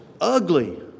ugly